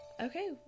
Okay